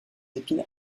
épines